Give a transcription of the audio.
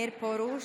מאיר פרוש,